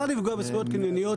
מותר לפגוע בזכויות קנייניות,